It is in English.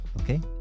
Okay